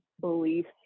beliefs